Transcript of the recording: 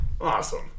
Awesome